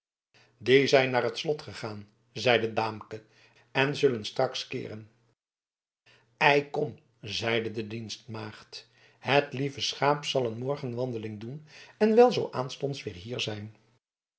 die zijn naar het slot gegaan zeide daamke en zullen straks keeren ei kom zeide de dienstmaagd het lieve schaap zal een morgenwandeling doen en wel zoo aanstonds weer hier zijn